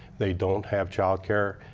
they don't have child care.